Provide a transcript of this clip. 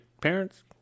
parents